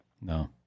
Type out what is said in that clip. No